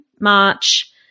March